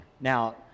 Now